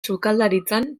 sukaldaritzan